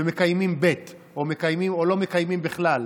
ומקיימים ב' או לא מקיימים בכלל.